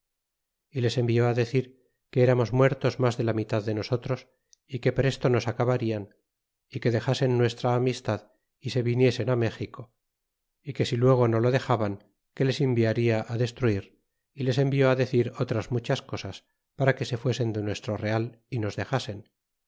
y les envió decir que eramos muertos mas de la mitad de nosotros é que presto nos acabarian é que dexasen nuestra amistad y se viniesen méxico y que si luego no lo dexaban que les enviaria destruir y les envió decir otras muchas cosas para que se fuesen de nuestro real y nos dexasen